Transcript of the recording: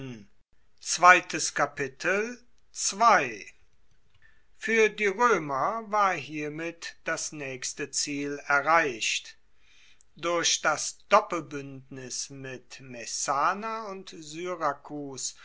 fuer die roemer war hiermit das naechste ziel erreicht durch das doppelbuendnis mit messana und syrakus